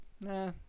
nah